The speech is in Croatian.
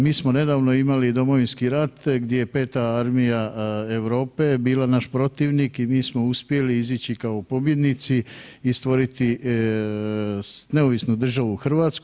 Mi smo nedavno imali Domovinski rat gdje je 5. armija Europe bila naš protivnik i mi smo uspjeli izići kao pobjednici i stvoriti neovisnu državu Hrvatsku.